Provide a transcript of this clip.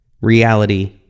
reality